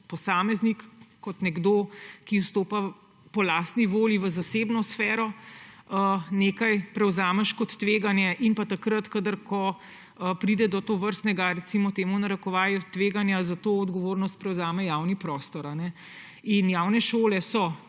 posameznik, kot nekdo, ki vstopa po lastni volji v zasebno sfero, nekaj prevzameš kot tveganje; in takrat, ko pride do tovrstnega, recimo temu v narekovajih, tveganja, to odgovornost prevzame javni prostor. In javne šole so